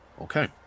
Okay